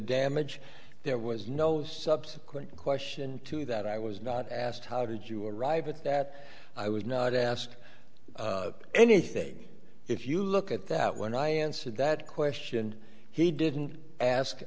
damage there was no subsequent question to that i was not asked how did you arrive at that i was not asked anything if you look at that when i answered that question he didn't ask